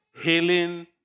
Healing